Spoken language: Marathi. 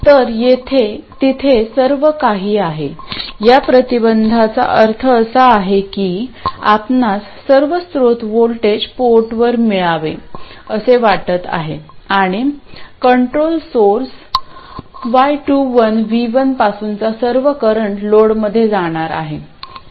तर तिथे सर्व काही आहे या प्रतिबंधांचा अर्थ असा आहे की आपणास सर्व स्त्रोत व्होल्टेज पोर्टवर मिळावे असे वाटत आहे आणि कंट्रोल सोर्स y21 V1 पासूनचा सर्व करंट लोडमध्ये जाणार आहे